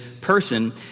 person